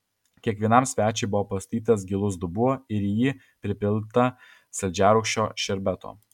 kiekvienam svečiui buvo pastatytas gilus dubuo ir į jį pripilta saldžiarūgščio šerbeto